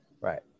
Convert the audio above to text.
right